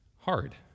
hard